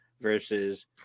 versus